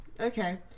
okay